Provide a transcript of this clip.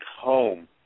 home